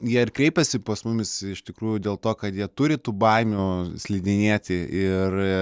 jie ir kreipiasi pas mumis iš tikrųjų dėl to kad jie turi tų baimių slidinėti ir